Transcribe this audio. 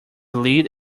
lead